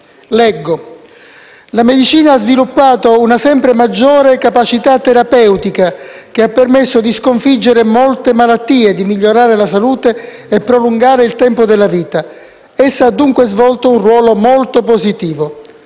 cui: «la medicina ha sviluppato una sempre maggior capacità terapeutica, che ha permesso di sconfiggere molte malattie, di migliorare la salute e prolungare il tempo della vita. Essa dunque ha svolto un ruolo molto positivo.